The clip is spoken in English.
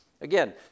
Again